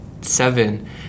seven